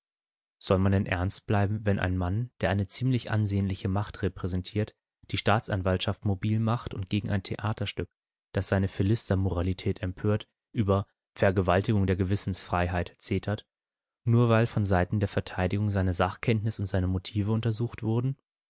soll man denn ernst bleiben wenn ein mann der eine ziemlich ansehnliche macht repräsentiert die staatsanwaltschaft mobil macht und gegen ein theaterstück das seine philistermoralität empört über vergewaltigung der gewissensfreiheit zetert nur weil von seiten der verteidigung seine sachkenntnis und seine motive untersucht wurden